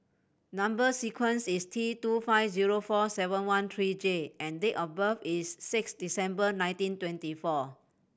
number sequence is T two five zero four seven one three J and date of birth is six December nineteen twenty four